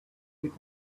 with